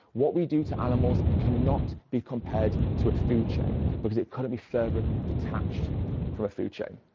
what we do to animals cannot be compared to a food chain because it couldn't be further detached from a food chain.